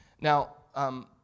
Now